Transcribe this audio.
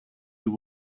you